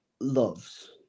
loves